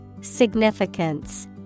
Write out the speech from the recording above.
Significance